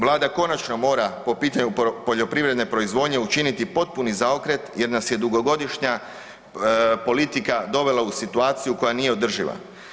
Vlada konačno mora po pitanju poljoprivredne proizvodnje učiniti potpuni zaokret jer nas je dugogodišnja politika dovela u situaciju koja nije održiva.